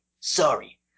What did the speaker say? sorry